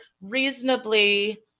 reasonably